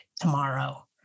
tomorrow